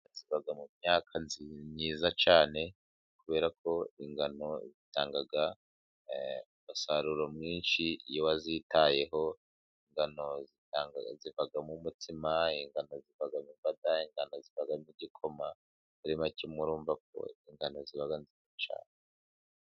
Ingano ziri mu myaka myiza cyane kuberako ingano zitanga umusaruro mwinshi, iyo wazitayeho ingano zivamo umutsima, ingano zivamo imbada ,ingano zivamo igikoma, muri make murumvako ingano ziba nziza cyane.